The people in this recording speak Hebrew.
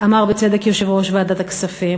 אמר בצדק יושב-ראש ועדת הכספים,